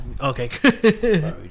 okay